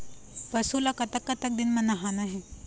पशु ला कतक कतक दिन म नहाना हे?